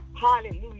Hallelujah